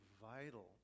vital